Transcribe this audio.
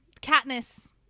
Katniss